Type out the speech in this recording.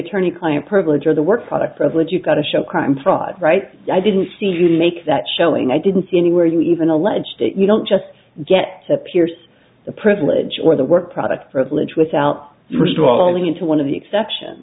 attorney client privilege or the work product privilege you've got to show crime fraud right i didn't see didn't make that showing i didn't see any where you even allege that you don't just get to pierce the privilege or the work product privilege without first of all into one of the exception